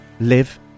live